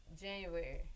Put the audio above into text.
January